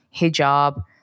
hijab